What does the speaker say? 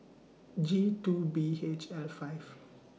G two B H L five